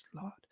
Lord